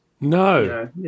No